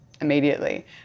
immediately